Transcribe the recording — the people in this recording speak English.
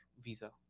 visa